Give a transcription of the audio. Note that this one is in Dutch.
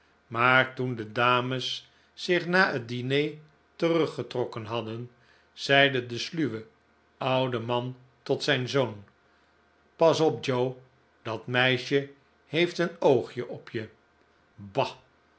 maar toen de dames zich na het diner teruggetrokken hadden zeide de sluwe oude man tot zijn zoon pas op joe dat meisje heeft een oogje op je bah